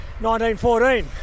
1914